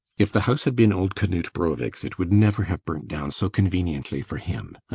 if the house had been old knut brovik's, it would never have burnt down so conveniently for him.